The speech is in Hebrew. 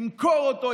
ימכור אותו,